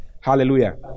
Hallelujah